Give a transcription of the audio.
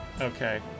Okay